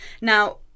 Now